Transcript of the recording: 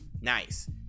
nice